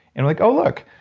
and like, oh, look.